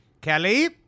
Kelly